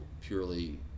purely